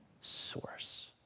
source